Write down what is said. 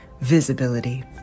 visibility